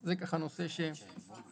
זה נושא שחשוב